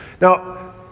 Now